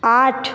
आठ